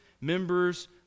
members